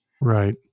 Right